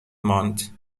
ماند